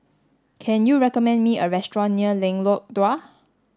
can you recommend me a restaurant near Lengkok Dua